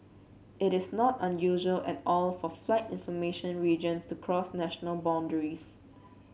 it is not unusual at all for flight information regions to cross national boundaries